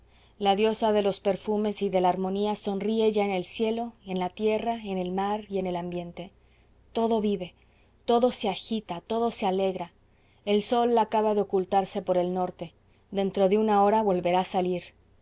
la diosa de los perfumes y de la armonía sonríe ya en el cielo en la tierra en el mar y en el ambiente todo vive todo se agita todo se alegra el sol acaba de ocultarse por el norte dentro de una hora volverá a salir